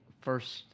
first